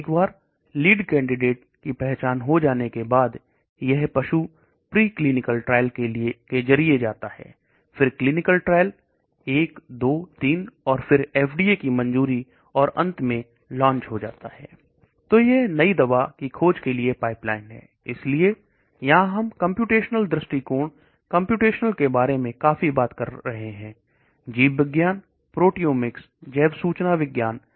एक बार lead candidate की पहचान हो जाने के बाद यह पशु प्री क्लीनिकल ट्रायल के जरिए जाता है क्लीनिकल ट्रायल 1 2 3 और फिर एफडीए की मंजूरी और अंत में लॉन्च हो जाता है तो यह नई दवा की खोज के लिए पाइपलाइन है इसलिए यहां हम कंप्यूटेशनल दृष्टिकोण कंप्यूटेशनल के बारे में काफी बात कर रहे हैं जीव विज्ञान प्रोटिओमिक्स जैव सूचना विज्ञान